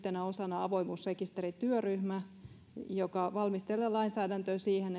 avoimuusrekisterityöryhmä joka valmistelee lainsäädäntöä siihen